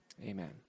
Amen